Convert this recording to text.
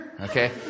Okay